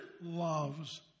loves